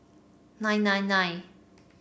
nine nine nine